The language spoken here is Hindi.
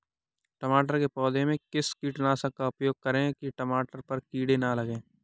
टमाटर के पौधे में किस कीटनाशक का उपयोग करें कि टमाटर पर कीड़े न लगें?